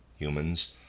humans